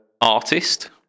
artist